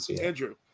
Andrew